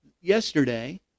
yesterday